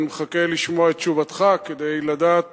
ואני מחכה לשמוע את תשובתך כדי לדעת